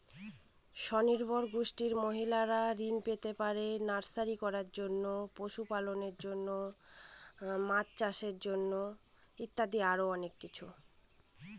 স্বনির্ভর গোষ্ঠীর মহিলারা কি কি ঋণ পেতে পারে?